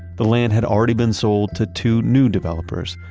the land had already been sold to two new developers,